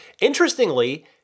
interestingly